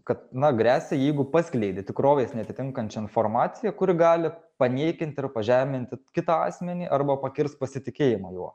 kad na gresia jeigu paskleidė tikrovės neatitinkančią informaciją kuri gali paniekint ir pažeminti kitą asmenį arba pakirst pasitikėjimą juo